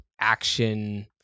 action